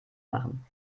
machen